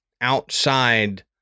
outside